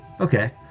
Okay